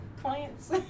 clients